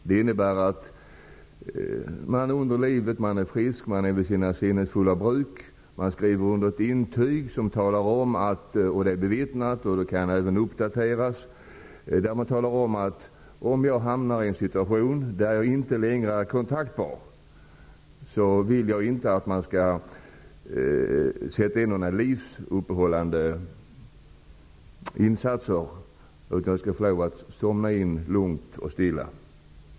Det innebär att medan man är frisk och vid sina sinnens fulla bruk skriver man ett intyg, som är bevittnat och även kan uppdateras, där man talar om att om man skulle hamna i en situation där man inte längre är kontaktbar, så vill man inte att det skall sättas in livsuppehållande insatser. Man talar om att man vill få lov att somna in lugnt och stilla.